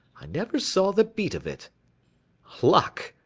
i never saw the beat of it luck?